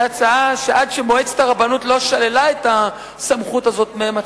זו הצעה שעד שמועצת הרבנות לא שללה את הסמכות הזאת מהם,